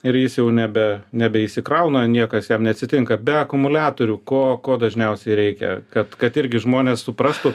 ir jis jau nebe nebe išsikrauna niekas jam neatsitinka be akumuliatorių ko ko dažniausiai reikia kad kad irgi žmonės suprastų